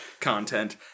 content